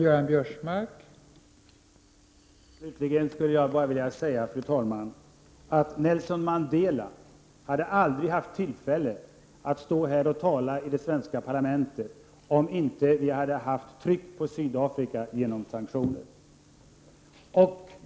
Fru talman! Slutligen skulle jag bara vilja säga att Nelson Mandela aldrig hade haft tillfälle att stå i det svenska parlamentet och tala om vi inte hade haft tryck på Sydafrika genom sanktioner.